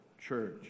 Church